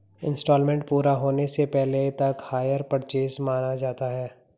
instalment पूरा होने से पहले तक हायर परचेस माना जाता है